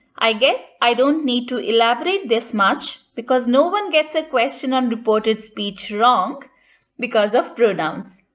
i guess i don't need to elaborate this much because no one gets a question on reported speech wrong because of pronouns.